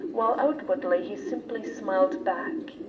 while outwardly he simply smiled back.